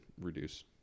reduce